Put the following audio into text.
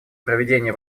проведение